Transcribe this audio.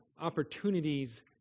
opportunities